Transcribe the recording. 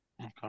Okay